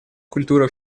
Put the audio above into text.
культура